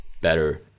better